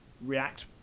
react